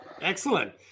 Excellent